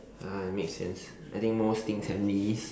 ah it makes sense I think most things having this